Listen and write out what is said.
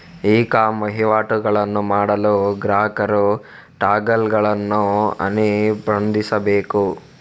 E com ವಹಿವಾಟುಗಳನ್ನು ಮಾಡಲು ಗ್ರಾಹಕರು ಟಾಗಲ್ ಗಳನ್ನು ಅನಿರ್ಬಂಧಿಸಬೇಕು